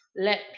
let